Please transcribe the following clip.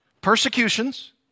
Persecutions